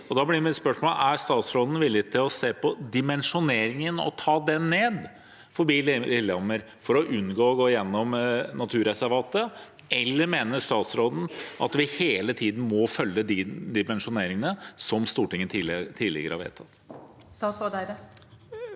Da blir mitt spørsmål: Er statsråden villig til å se på dimensjoneringen og ta den ned forbi Lillehammer for å unngå å gå gjennom naturreservatet, eller mener statsråden at vi hele tiden må følge den dimensjoneringen som Stortinget tidligere har vedtatt?